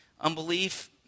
unbelief